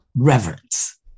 Reverence